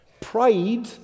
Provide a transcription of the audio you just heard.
Pride